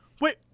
wait